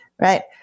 right